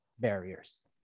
barriers